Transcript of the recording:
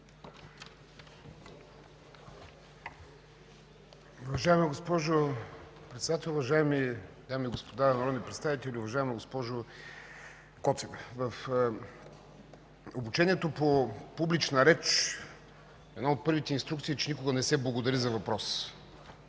в обучението по публична реч една от първите инструкции е, че никога не се благодари за въпрос,